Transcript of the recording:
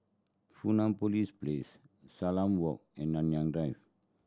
Fusionopolis Place Salam Walk and Nanyang Drive